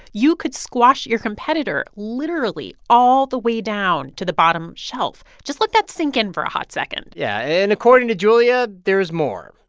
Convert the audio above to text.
you could squash your competitor literally all the way down to the bottom shelf. just let that sink in for a hot second yeah. and according to julia, there is more.